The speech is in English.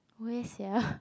where sia